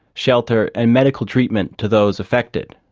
shelter and medical treatment to those affected.